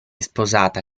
sposata